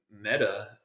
meta